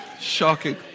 shocking